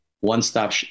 one-stop